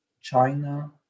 china